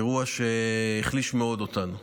אירוע שהחליש מאוד אותנו.